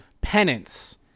Penance